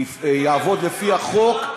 יעבוד לפי החוק,